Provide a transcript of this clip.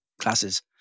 classes